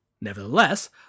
Nevertheless